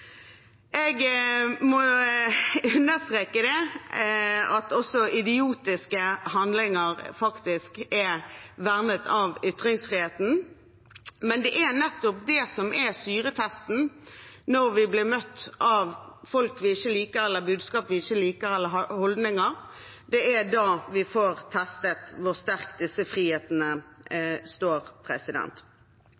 Jeg må understreke at også idiotiske handlinger faktisk er vernet av ytringsfriheten. Men det er nettopp det som er syretesten når vi blir møtt av folk vi ikke liker, eller budskap og holdninger vi ikke liker – det er da vi får testet hvor sterkt disse frihetene